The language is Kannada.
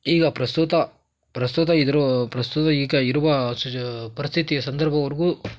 ಈಗ ಪ್ರಸ್ತುತ ಪ್ರಸ್ತುತ ಇದ್ದರು ಪ್ರಸ್ತುತ ಈಗ ಇರುವ ಪರಿಸ್ಥಿತಿಯ ಸಂದರ್ಭವರ್ಗೂ